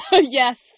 yes